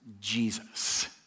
Jesus